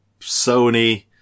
Sony